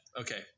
Okay